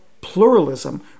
pluralism